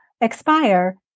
expire